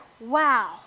wow